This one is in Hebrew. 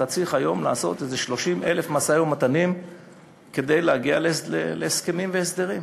אתה צריך היום לעשות 30,000 משאים-ומתנים כדי להגיע להסכמים והסדרים.